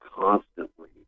constantly